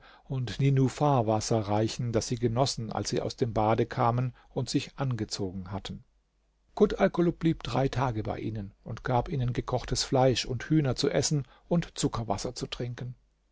und ninupharwasser reichen das sie genossen als sie aus dem bad kamen und sich angezogen hatten kut alkulub blieb drei tage bei ihnen und gab ihnen gekochtes fleisch und hühner zu essen und zuckerwasser zu trinken